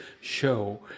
show